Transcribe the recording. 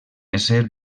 esser